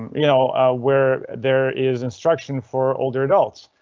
you know where there is instruction for older adults.